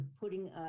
putting